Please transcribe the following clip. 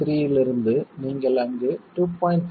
3 இலிருந்துதான் நீங்கள் அங்கு 2